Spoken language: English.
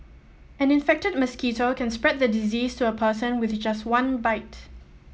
an infected mosquito can spread the disease to a person with just one bite